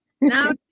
Now